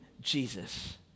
Jesus